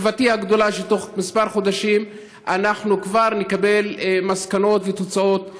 תקוותי הגדולה שתוך כמה חודשים אנחנו כבר נקבל מסקנות ותוצאות חיוביות.